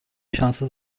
şansı